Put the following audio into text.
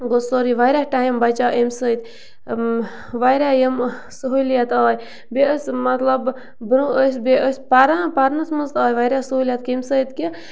گوٚو سورُے واریاہ ٹایم بَچیو اَمہِ سۭتۍ واریاہ یِمہٕ سہوٗلیت آے بیٚیہِ ٲسۍ مطلب برٛونٛہہ ٲسۍ بیٚیہِ ٲسۍ پَران پَرنَس منٛز آے واریاہ سہوٗلیت کَمہِ سۭتۍ کہِ